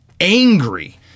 angry